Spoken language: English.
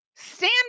Stand